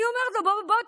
אני אומרת לו: בוא תסתכל,